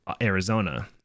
Arizona